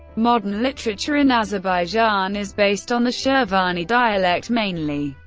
modern literature in azerbaijan is based on the shirvani dialect mainly,